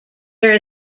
there